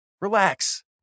Relax